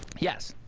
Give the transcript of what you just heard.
yes.